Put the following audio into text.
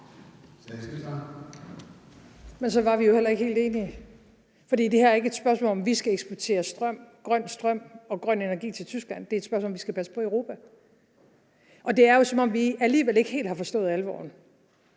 Men så var vi jo heller ikke helt enige. For det her er ikke et spørgsmål om, om vi skal eksportere grøn strøm og grøn energi til Tyskland. Det er et spørgsmål om, at vi skal passe på Europa. Og det er, som om vi alligevel ikke helt har forstået alvoren,